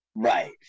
Right